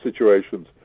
situations